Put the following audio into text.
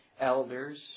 elders